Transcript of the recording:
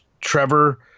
Trevor